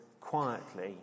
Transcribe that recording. quietly